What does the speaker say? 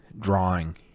drawing